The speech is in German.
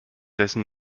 dessen